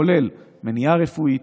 הכולל מניעה רפואית,